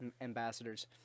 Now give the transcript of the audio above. ambassadors